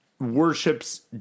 Worships